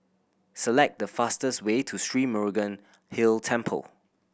select the fastest way to Sri Murugan Hill Temple